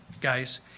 guys